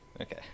Okay